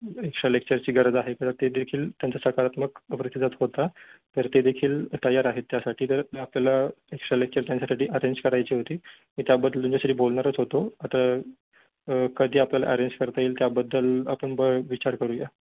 extra लेक्चरची गरज आहे तर ते देखील त्यांचा सकारात्मक प्रतिसाद होता तर ते देखील तयार आहेत त्यासाठी तर आपल्याला एक्स्ट्रा लेक्चर त्यांच्यासाठी अरेंज करायची होती मी त्याबद्दल तुमच्याशी बोलणारच होतो आता कधी आपल्याला अरेंज करता येईल त्याबद्दल आपण ब विचार करूया